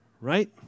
right